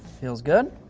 feels good.